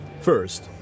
First